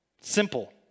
Simple